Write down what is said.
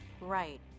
Right